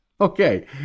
Okay